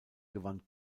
gewann